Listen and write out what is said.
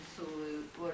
absolute